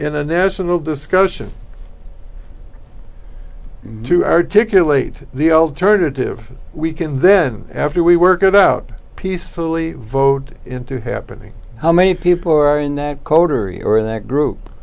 in a national discussion to articulate the alternative we can then after we work it out peacefully vote into happening how many people are in that coterie or that